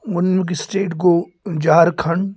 گۄڈٕنیُک سٹیٹ گوٚو جھارکھنٛڈ